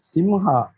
Simha